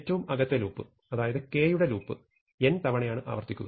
ഏറ്റവും അകത്തെ ലൂപ്പ് അതായത് k യുടെ ലൂപ്പ് n തവണയാണ് ആവർത്തിക്കുക